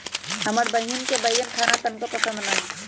हमर बहिन के बईगन खाना तनको पसंद न हई